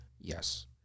Yes